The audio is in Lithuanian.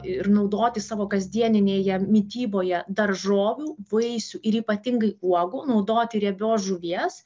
ir naudoti savo kasdieninėje mityboje daržovių vaisių ir ypatingai uogų naudoti riebios žuvies